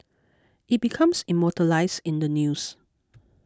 it becomes immortalised in the news